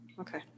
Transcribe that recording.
Okay